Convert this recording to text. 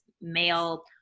male